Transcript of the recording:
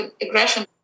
aggression